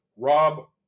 Rob